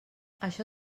això